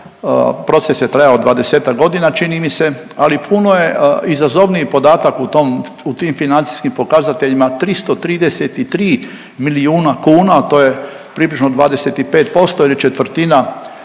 proces je trajao 20-ak godina, čini mi se, ali puno je izazovniji podatak u tom, u tim financijskim pokazateljima, 333 milijuna kuna, to je približno 25% ili četvrtina